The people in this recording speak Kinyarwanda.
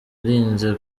yirinze